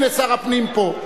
הנה, שר הפנים פה.